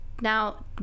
Now